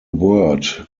word